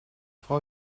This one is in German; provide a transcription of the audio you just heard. frau